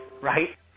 right